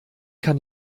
kann